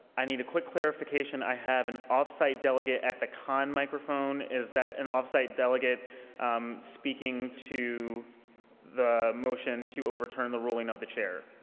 i need a quick clarification. i have an off-site delicate at the con microphone. is that an off-site delegate speaking to the motion to overturn the ruling of the chair?